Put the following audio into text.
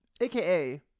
AKA